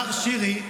מר שירי,